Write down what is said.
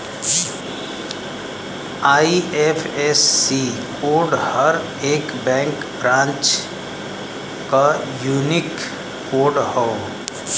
IFSC code हर एक bank branch क यूनिक कोड हौ